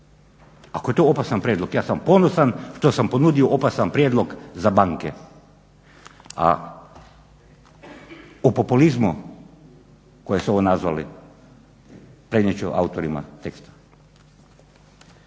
Ako je to opasan prijedlog ja sam ponosan što sam ponudio opasan prijedlog za banke. A o populizmu koje su ovo nazvali prenijet ću autorima teksta.